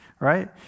Right